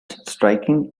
striking